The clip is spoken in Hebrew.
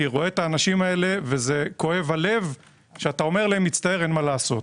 אני רואה את האנשים האלה וכואב הלב שאתה אומר להם: מצטער אין מה לעשות.